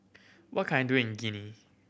what can I do in Guinea